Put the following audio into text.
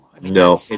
No